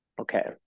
Okay